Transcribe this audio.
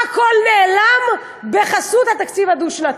הכול נעלם בחסות התקציב הדו-שנתי.